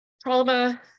trauma